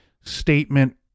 statement